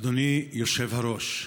אדוני היושב-ראש,